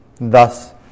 Thus